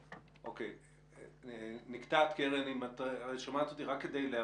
--- קרן, נקטעת, רק כדי להבהיר: